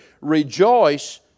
rejoice